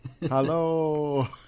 Hello